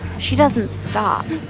she doesn't stop.